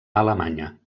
alemanya